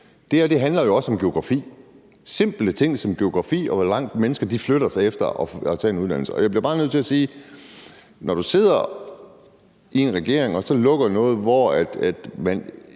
høre. Men det handler jo også om geografi, altså om simple ting som geografi og om, hvor langt mennesker flytter sig for at tage en uddannelse. Jeg bliver nødt til sige, at man sidder i regeringen og lukker noget, hvor man